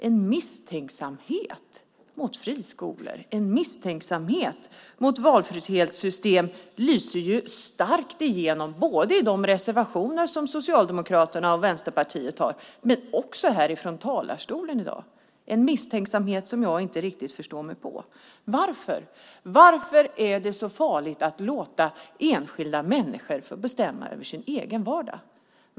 En misstänksamhet mot friskolor och mot valfrihetssystem lyser starkt igenom både i de reservationer som Socialdemokraterna och Vänsterpartiet har och härifrån talarstolen i dag. Det är en misstänksamhet som jag inte riktigt förstår mig på. Varför är det så farligt att låta enskilda människor få bestämma över sin egen vardag?